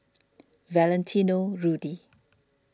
Valentino Rudy